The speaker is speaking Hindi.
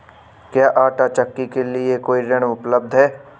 क्या आंटा चक्की के लिए कोई ऋण उपलब्ध है?